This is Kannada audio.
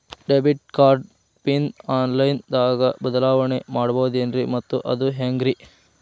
ಡೆಬಿಟ್ ಕಾರ್ಡ್ ಪಿನ್ ಆನ್ಲೈನ್ ದಾಗ ಬದಲಾವಣೆ ಮಾಡಬಹುದೇನ್ರಿ ಮತ್ತು ಅದು ಹೆಂಗ್ರಿ?